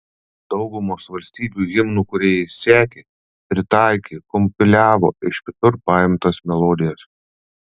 daugumos valstybių himnų kūrėjai sekė pritaikė kompiliavo iš kitur paimtas melodijas